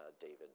David